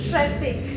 Traffic